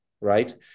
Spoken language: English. Right